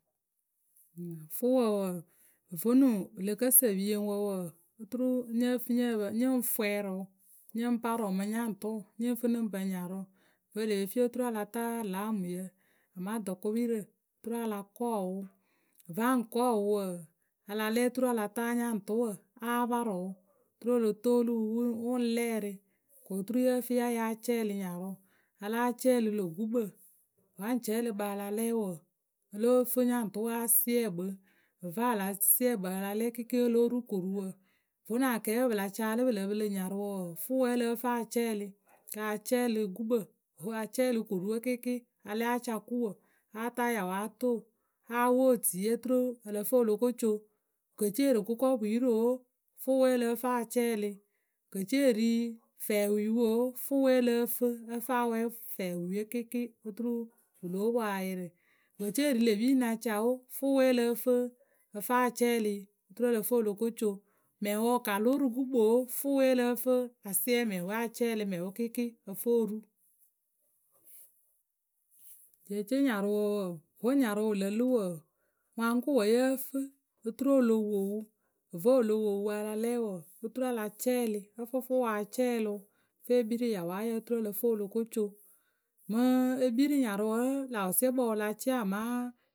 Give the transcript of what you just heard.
Fʊʊwǝ wǝǝ, vonuŋ pɨ lǝ kǝ sǝ pieŋwǝ wǝǝ, oturu nyǝ fǝ nyǝ pǝ, nyǝ ŋ fwɛɛrɩ wǝ nyǝ ŋ parɨ wǝ mǝ nyaŋtʊ nyǝ ŋ fǝ nɨ ŋ pǝ nyarʊ. Vǝ́ e le pe fii oturu a la taa lamɨyǝ amaa tʊkʊpirǝ oturu a la kɔɔ wǝ, va ŋ kɔɔ wǝ wǝǝ, a la lɛ oturu a la taa nyaŋtʊwǝ a parɨ wǝ oturu o lo toolu wǝ wǝ ŋ lɛɛrɩ ko oturu yǝ fǝ ya yáa cɛɛlɩ nyarʊ. Aláa cɛɛlɩ lö gukpǝ, va ŋ cɛɛlɩ kpǝ a la lɛ wǝǝ,ǝ lǝ́ǝ fǝ nyaŋtʊwǝ a siɛ kpǝ. Vǝ́ a la siɛ kpǝ kɩɩkɩɩ a la lɛ o lóo ru koruwǝ. Vonuŋ a kɛɛpǝ pɨ la caalɨ pɨ lǝ pɨlɨ nyarʊ wǝǝ, fʊʊwǝ wǝ́ ǝ lǝ́ǝ fǝ a cɛɛlɩ kǝ a cɛɛlɩ gukpǝ, acɛɛlɩ koruwe kɩɩkɩɩ a lɛ a ca kuwǝ. Ataa yawatoo. a wʊʊ otuie oturu ǝ lǝ fǝ o lo ko co wǝ ke ce wǝ ri gʊkɔpwirǝ o, fʊʊwe wǝ́ ǝ lǝ́ǝ fǝ a cɛɛlɩ. Wǝ ke ce wǝ ri fɛɛwiiwǝ o, fʊʊwe ǝ lǝ́ǝ fǝ ǝ fǝ a wɛ fɛɛwiwe kɩɩkɩɩ oturu wǝ lóo poŋ ayɩrɩ. Wǝ ke ce wǝ ri lê pi ŋ na ca o, fʊʊwe ǝ lǝ́ǝ fǝ ǝ fǝ a cɛɛlɩyǝ oturu ǝ lǝ fǝ o lo ko co mɛŋwǝ wǝ ka lʊ rǝ gukpǝ o, fʊʊwe ǝ lǝ́ǝ fǝ a siɛ mɛŋwe a cɛɛlɩ mɛŋwe kɩɩkɩɩ ǝ fǝ oru. Jeece nyarʊwǝ wǝǝ, vǝ́ nyarʊ wǝ lǝ lɨ wǝǝ, ŋwaŋkʊ wǝ́ yǝ́ǝ fǝ oturu o lo wo wǝ vǝ́ o lo wo wǝ a la lɛ wǝǝ oturu a la cɛɛlɩ ǝ fǝ fʊʊwǝ a cɛɛlɩ wǝ ǝ fǝ e kpii rǝ yawayǝ oturu ǝ lǝ fǝ o lo ko co mǝŋ e kpii rǝ nyarʊ wǝ́ l̂ wǝsiɛkpǝ wǝ la cɩɩ amaa.